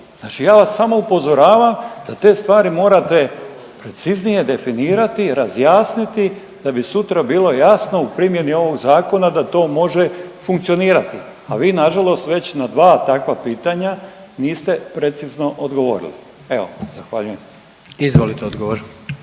Znači ja vas samo upozoravam da te stvari morate preciznije definirati, razjasniti da bi sutra bilo jasno u primjeni ovog zakona da to može funkcionirati. A vi nažalost već na dva takva pitanja niste precizno odgovorili. Evo, zahvaljujem. **Jandroković,